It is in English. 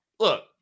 Look